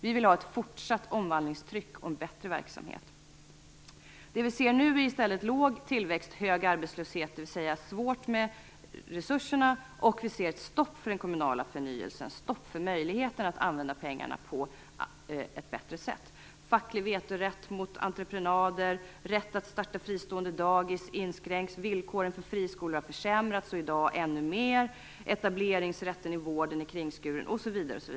Vi vill ha ett fortsatt omvandlingstryck och en bättre verksamhet. I stället ser vi nu en låg tillväxt och en hög arbetslöshet, dvs. svårigheter med resurserna. Vidare ser vi ett stopp för den kommunala förnyelsen, ett stopp för möjligheten att använda pengarna på ett bättre sätt. Det handlar också om facklig vetorätt mot entreprenader. Rätten att starta fristående dagis inskränks. Villkoren för friskolor har försämrats; i dag ännu mer än tidigare. Etableringsrätten i vården är kringskuren osv.